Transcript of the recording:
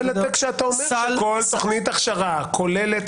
אבל כשאתה אומר שכל תוכנית הכשרה כוללת